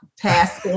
pass